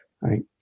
right